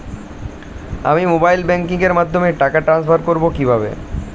আমি mobile banking এর মাধ্যমে টাকা টান্সফার করব কিভাবে?